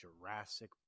Jurassic